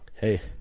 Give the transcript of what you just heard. Hey